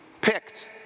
picked